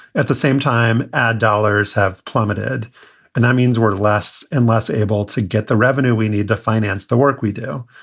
at the same time, ad dollars have plummeted and that means we're less and less able to get the revenue we need to finance the work we do.